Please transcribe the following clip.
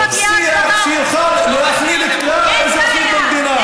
אני מציע ערכים דמוקרטיים,